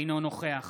אינו נוכח